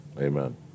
Amen